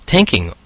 Tanking